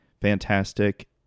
Fantastic